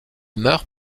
meurt